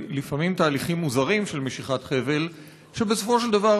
לפעמים תהליכים מוזרים של משיכת חבל בסופו של דבר